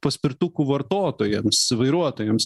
paspirtukų vartotojams vairuotojams